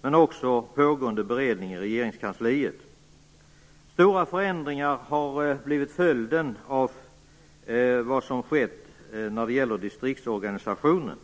men också pågående beredning i Regeringskansliet. Stora förändringar har blivit följden av vad som skett när det gäller distriktsorganisationen.